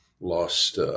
lost